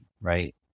right